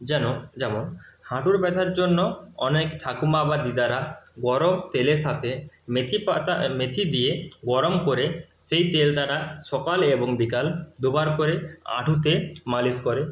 যেন যেমন হাঁটুর ব্যথার জন্য অনেক ঠাকুমা বা দিদারা গরম তেলের সাথে মেথি পাতা মেথি দিয়ে গরম করে সেই তেল তারা সকালে এবং বিকাল দুবার করে হাঁটুতে মালিশ করে